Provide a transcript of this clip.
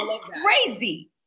crazy